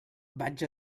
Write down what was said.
vaig